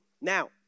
Now